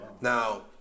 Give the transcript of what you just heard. Now